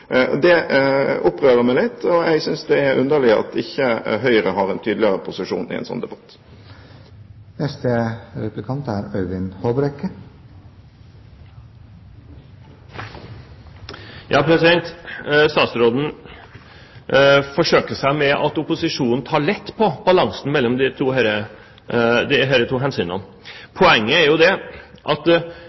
oss. Det opprører meg litt, og jeg synes det er underlig at ikke Høyre har en tydeligere posisjon i en sånn debatt. Statsråden forsøker seg med at opposisjonen tar lett på balansen mellom disse to hensynene. Poenget er jo at Regjeringen i sitt forslag faktisk har tatt det ene hensynet ut av lovteksten, slik at